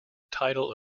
title